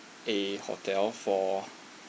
a hotel for